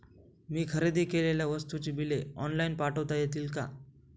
मी खरेदी केलेल्या वस्तूंची बिले ऑनलाइन पाठवता येतील का?